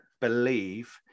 believe